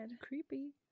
creepy